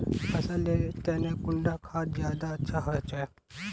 फसल लेर तने कुंडा खाद ज्यादा अच्छा होचे?